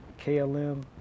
KLM